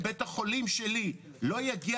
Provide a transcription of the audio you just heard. מחזיקים חולים באשפוז כדי שחשבון בית החולים שלי יהיה